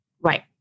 Right